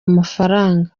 amafaranga